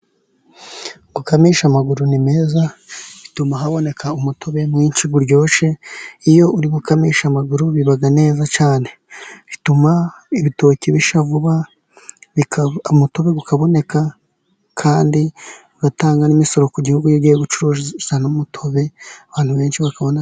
Gukamisha amaguru ni byiza bituma haboneka umutobe mwinshi uryoshye iyo uri gukamisha amaguru biba neza cyane, bituma ibitoki bishya vuba umutobe ukaboneka kandi ugatanga n' imisoro ku gihugu iyo ugiye gucuruza n' umutobe abantu benshi bakabona_